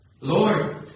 Lord